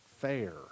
fair